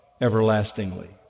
everlastingly